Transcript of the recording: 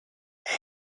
mais